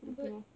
mm but